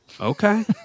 Okay